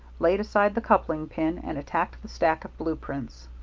laid aside the coupling pin, and attacked the stack of blue prints.